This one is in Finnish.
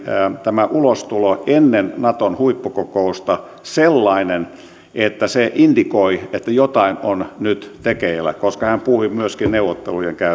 tämä steinmeierin ulostulo ennen naton huippukokousta sellainen että se indikoi että jotain on nyt tekeillä koska hän puhui myöskin neuvottelujen